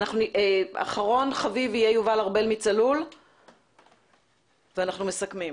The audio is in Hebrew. אחרון חביב יהיה יובל ארבל מצלול ואנחנו מסכמים.